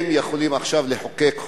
הם יכולים עכשיו לחוקק חוק,